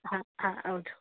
હા હા આવજો